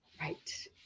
Right